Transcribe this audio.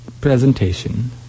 presentation